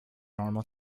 normal